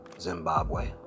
Zimbabwe